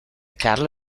carlo